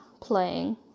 playing